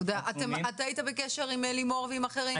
אתה היית בקשר עם לימור ועם אחרים?